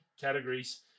categories